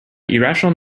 irrational